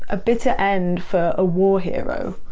a bitter end for a war hero.